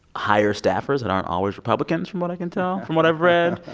hire staffers that aren't always republicans from what i can tell from what i've read